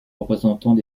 représentants